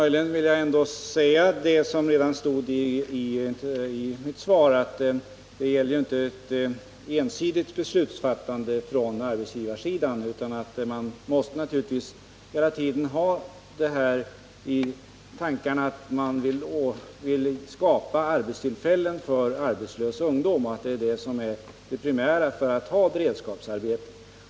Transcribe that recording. Jag vill ändå framhålla det som stod redan i mitt svar, nämligen att det inte gäller ett ensidigt beslutsfattande från arbetsgivarens sida, utan man måste naturligtvis hela tiden ha i tankarna att vi vill skapa arbetstillfällen för arbetslös ungdom och att det är det som är det primära för att ha beredskapsarbete.